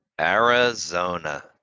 Arizona